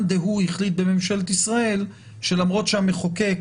דהוא בממשלת ישראל החליט שלמרות שהמחוקק